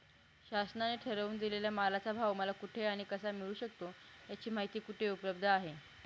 शासनाने ठरवून दिलेल्या मालाचा भाव मला कुठे आणि कसा मिळू शकतो? याची माहिती कुठे उपलब्ध आहे?